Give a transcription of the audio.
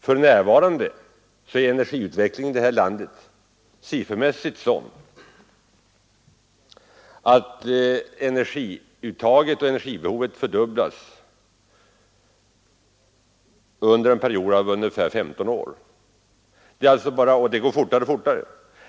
För närvarande är energiutvecklingen i det här landet siffermässigt sådant att energiintaget och energibehovet fördubblas under en period av ungefär 15 år, och den utvecklingen går fortare och fortare.